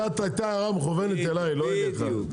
זו הייתה הערה מכוונת אליי לא אליך.